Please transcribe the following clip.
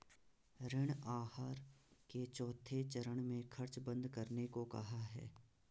ऋण आहार के चौथे चरण में खर्च बंद करने को कहा है